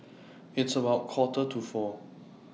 its about Quarter to four